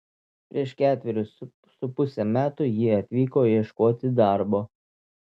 prieš ketverius su puse metų ji atvyko ieškoti darbo